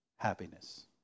happiness